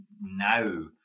now